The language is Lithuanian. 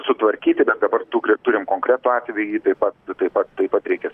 sutvarkyti bet dabar tikrai turime konkretų atvejį taip pat taip pat taip pat reikia